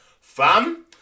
Fam